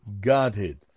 Godhead